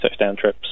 TouchdownTrips